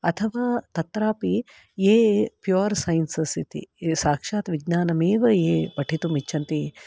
अथवा तत्रापि ये प्योर् सैन्सेस् इति साक्षात् विज्ञानम् एव ये पठितुम् इच्छन्ति